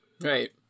Right